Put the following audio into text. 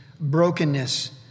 Brokenness